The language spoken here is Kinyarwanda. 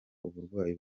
uburwayi